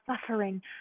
suffering